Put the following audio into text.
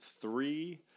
three